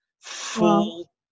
Full